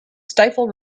stifle